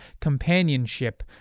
companionship